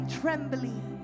trembling